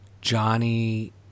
Johnny